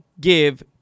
give